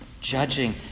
judging